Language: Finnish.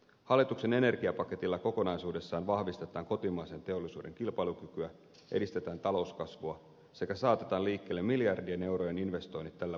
hallituksen energiapaketilla kokonaisuudessaan vahvistetaan kotimaisen teollisuuden kilpailukykyä edistetään talouskasvua sekä saatetaan liikkeelle miljardien eurojen investoinnit tällä vuosikymmenellä